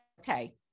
okay